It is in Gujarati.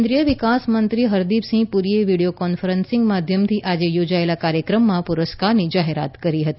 કેન્દ્રીય વિકાસ મંત્રી હરદીપસીંહ પુરીએ વિડીયો કોન્ફરન્સીગ માધ્યમ થી આજે યોજાયેલા કાર્યક્રમમાં પુરસ્કારની જાહેરાત કરી હતી